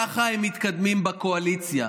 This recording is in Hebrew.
ככה הם מתקדמים בקואליציה,